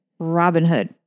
Robinhood